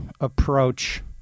approach